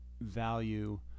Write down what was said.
value